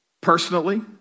personally